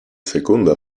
seconda